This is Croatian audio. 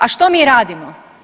A što mi radimo?